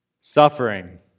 suffering